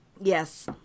Yes